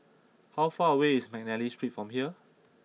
how far away is McNally Street from here